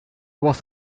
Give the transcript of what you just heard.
was